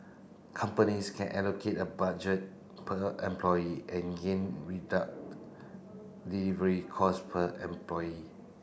companies can allocate a budget per employee and gain reduct delivery cost per employee